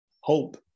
hope